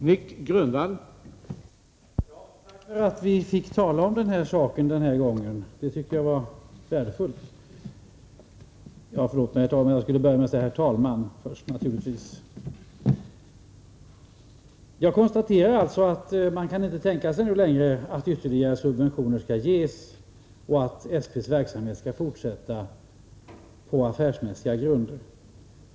Herr talman! Tack för att vi fick tala om denna sak den här gången. Det var värdefullt. Jag konstaterar att man inte längre kan tänka sig att ytterligare subventioner skall ges utan att SP:s verksamhet skall fortsätta på affärsmässiga grunder.